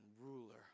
ruler